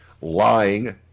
lying